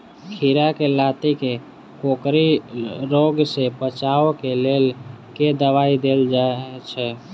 खीरा केँ लाती केँ कोकरी रोग सऽ बचाब केँ लेल केँ दवाई देल जाय छैय?